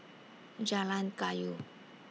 Jalan Kayu